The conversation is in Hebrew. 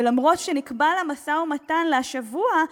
ואף-על-פי שנקבע לה משא-ומתן לשבוע זה,